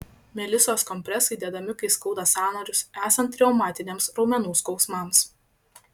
melisos kompresai dedami kai skauda sąnarius esant reumatiniams raumenų skausmams